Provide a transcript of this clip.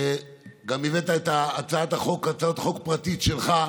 שגם הבאת את הצעת החוק הפרטית שלך,